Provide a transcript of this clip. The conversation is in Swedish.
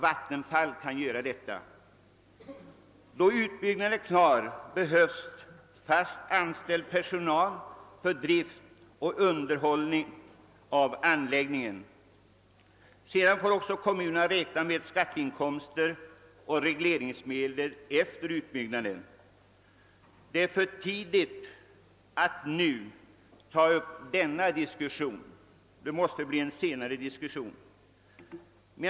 Vattenfall kan göra det. Då utbyggnaden av älven är färdig behövs fast anställd personal för drift och underhåll av anläggningen. Sedan får också kommunerna räkna med skatteinkomister och regleringsmedel efter utbyggnaden. Det är för tidigt att nu ta upp denna diskussion. Det måste bli en senare diskussion om detta.